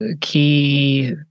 key